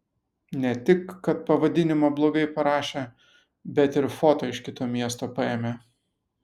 ne tik kad pavadinimą blogai parašė bet ir foto iš kito miesto paėmė